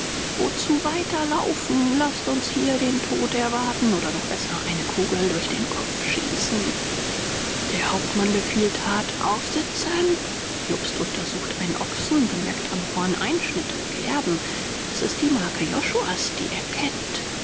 wozu weiter laufen laßt uns hier den tod erwarten oder noch besser eine kugel durch den kopf schießen der hauptmann befiehlt hart aufsitzen jobst untersucht einen ochsen bemerkt am horn einschnitte kerben das ist die marke josuas die er kennt